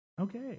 Okay